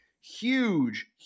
huge